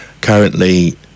currently